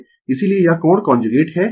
इसीलिए यह कोण कांजुगेट है β